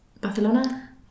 Barcelona